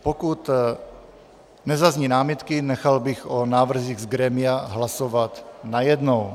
Pokud nezazní námitky, nechal bych o návrzích z grémia hlasovat najednou.